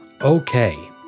Okay